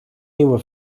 nieuwe